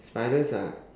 spiders are